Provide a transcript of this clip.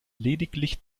lediglich